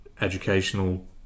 educational